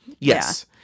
Yes